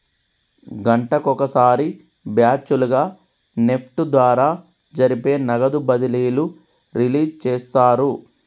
గంటకొక సారి బ్యాచ్ లుగా నెఫ్ట్ ద్వారా జరిపే నగదు బదిలీలు రిలీజ్ చేస్తారు